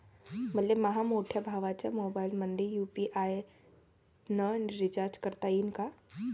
मले माह्या मोठ्या भावाच्या मोबाईलमंदी यू.पी.आय न रिचार्ज करता येईन का?